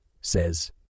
says